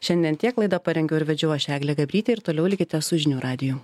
šiandien tiek laidą parengiau ir vedžiau aš eglė gabrytė ir toliau likite su žinių radiju